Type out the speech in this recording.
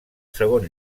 segon